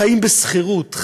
חיים בשכירות.